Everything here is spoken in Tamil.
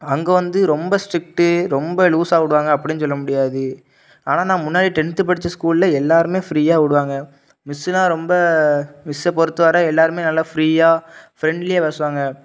அங்கே வந்து ரொம்ப ஸ்ட்ரிக்ட்டு ரொம்ப லூசாக விடுவாங்க அப்படின்னு சொல்ல முடியாது ஆனால் நான் முன்னாடி டென்த்து படித்த ஸ்கூலில் எல்லோருமே ஃப்ரீயாக விடுவாங்க மிஸ்ஸுலாம் ரொம்ப மிஸ்ஸை பொறுத்த வரை எல்லோருமே நல்லா ஃப்ரீயாக ஃப்ரெண்ட்லியாக பேசுவாங்க